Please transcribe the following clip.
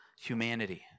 humanity